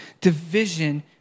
division